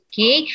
Okay